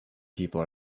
people